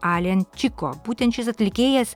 alenčiko būtent šis atlikėjas